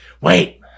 wait